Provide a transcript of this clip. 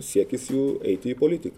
siekis jų eiti į politiką